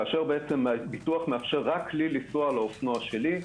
כאשר ביטוח מאפשר רק לי לנסוע על האופנוע שלי.